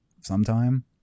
sometime